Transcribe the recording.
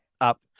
up